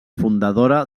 fundadora